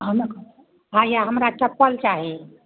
हमे कऽ हइया हमरा चप्पल चाही